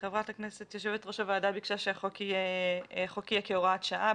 יושבת ראש הוועדה ביקשה שהחוק יהיה כהוראת שעה,